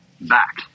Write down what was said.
back